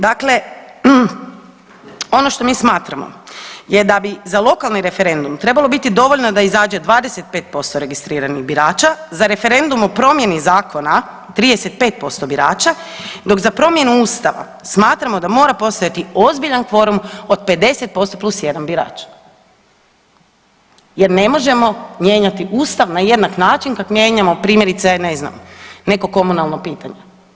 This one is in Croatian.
Dakle, ono što mi smatramo je da bi za lokalni referendum trebalo biti dovoljno da izađe 25% registriranih birača, za referendum o promjeni zakona 35% birača, dok za promjenu Ustava smatramo da mora postojati ozbiljan kvorum od 50% plus 1 birač jer ne možemo mijenjati Ustav na jednak način kak mijenjamo primjerice ne znam neko komunalno pitanje.